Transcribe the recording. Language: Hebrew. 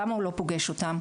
למה הוא לא פוגש אותם?